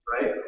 Right